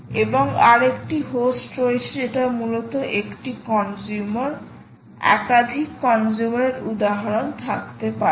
এবং আরেকটি হোস্ট রয়েছে যেটা মূলত একটি কনজিউমার একাধিক কনজিউমার এর উদাহরণ থাকতে পারে